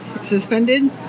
suspended